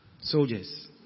soldiers